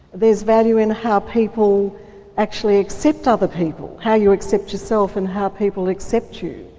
there's value in how people actually accept other people, how you accept yourself and how people accept you.